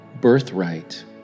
birthright